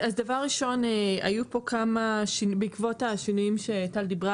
אז דבר ראשון בעקבות השינויים שטל דיברה